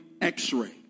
x-ray